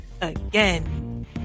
again